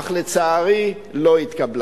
אך לצערי היא לא התקבלה.